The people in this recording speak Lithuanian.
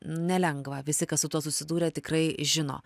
nelengva visi kas su tuo susidūrė tikrai žino